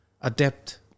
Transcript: Adapt